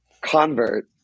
convert